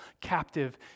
captive